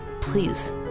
Please